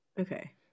Okay